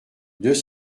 deux